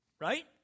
right